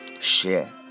share